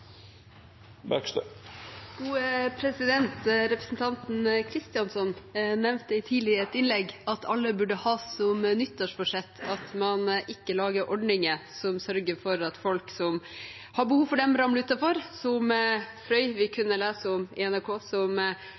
Representanten Kristjánsson nevnte i et tidligere innlegg at alle burde ha som nyttårsforsett at man ikke lager ordninger som sørger for at folk som har behov for dem, ramler utenfor. Det gjelder folk som Frøy, som vi kunne lese om i NRK, som